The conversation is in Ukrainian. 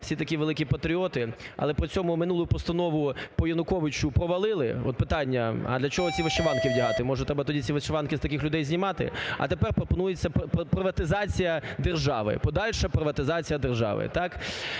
всі – такі великі патріоти. Але при цьому минулу постанову по Януковичу провалили. От, питання, а для чого ці вишиванки вдягати? Може, треба тоді ці вишиванки з таки людей знімати? А тепер пропонується приватизація держави, подальша приватизація держави.